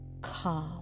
calm